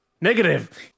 Negative